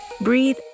Breathe